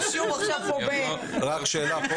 אחרי "כלי ירייה" יבוא "או דמוי כלי ירייה",